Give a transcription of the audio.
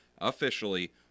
officially